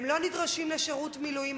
הם לא נדרשים לשירות מילואים.